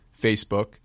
Facebook